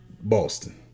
Boston